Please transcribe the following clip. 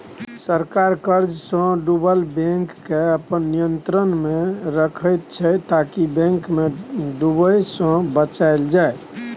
सरकार कर्जसँ डुबल बैंककेँ अपन नियंत्रणमे लैत छै ताकि बैंक केँ डुबय सँ बचाएल जाइ